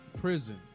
prison